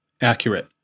accurate